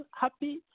happy